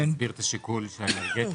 השיקול.